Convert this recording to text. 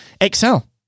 excel